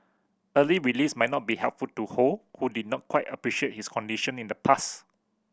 early release might not be helpful to Ho who did not quite appreciate his condition in the past